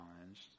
challenged